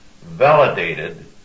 validated